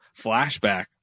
flashback